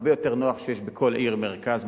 הרבה יותר נוח שיש בכל עיר מרכז,